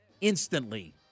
instantly